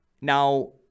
Now